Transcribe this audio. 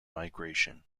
migration